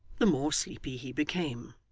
the more sleepy he became.